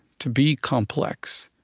to be complex,